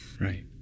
right